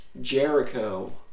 Jericho